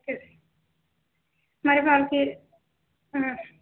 మరి వాళ్లకి